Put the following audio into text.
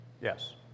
Yes